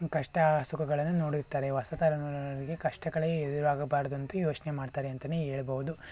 ಕಷ್ಟ ಸುಖಗಳನ್ನು ನೋಡಿರ್ತಾರೆ ಹೊಸ ತಲೆಮಾರಿನವರಿಗೆ ಕಷ್ಟಗಳೇ ಎದುರಾಗಬಾರ್ದಂತ ಯೋಚನೆ ಮಾಡ್ತಾರೆ ಅಂತಲೇ ಹೇಳ್ಬೋದು